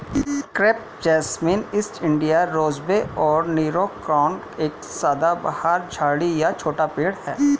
crepe jasmine, East India rosebay और Nero crown एक सदाबहार झाड़ी या छोटा पेड़ है